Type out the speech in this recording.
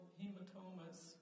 hematomas